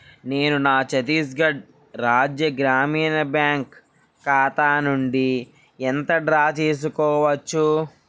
నేను నా ఛత్తీస్గఢ్ రాజ్య గ్రామీణ బ్యాంక్ ఖాతా నుండి ఎంత డ్రా చేసుకోవచ్చు